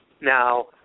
Now